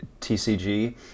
TCG